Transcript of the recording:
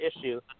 issue